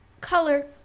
color